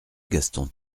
gaston